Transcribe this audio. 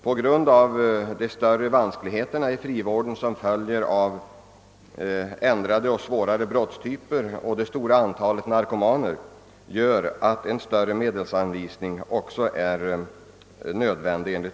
De ökade vanskligheterna i frivården som följer med ändrade och svårare brottstyper samt det stora antalet narkomaner gör också en större medelsanvisning nödvändig.